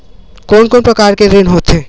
कोन कोन प्रकार के ऋण होथे?